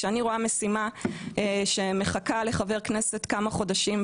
כשאני רואה משימה שמחכה לחבר כנסת כמה חודשים,